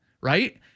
right